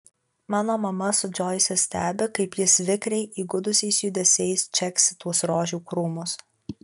mano mama su džoise stebi kaip jis vikriai įgudusiais judesiais čeksi tuos rožių krūmus